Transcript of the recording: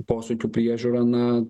posūkių priežiūrą na